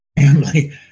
family